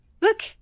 Look